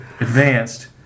advanced